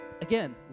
Again